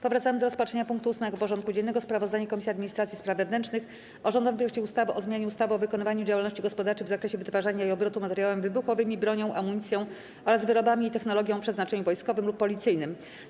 Powracamy do rozpatrzenia punktu 8. porządku dziennego: Sprawozdanie Komisji Administracji i Spraw Wewnętrznych o rządowym projekcie ustawy o zmianie ustawy o wykonywaniu działalności gospodarczej w zakresie wytwarzania i obrotu materiałami wybuchowymi, bronią, amunicją oraz wyrobami i technologią o przeznaczeniu wojskowym lub policyjnym.